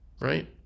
right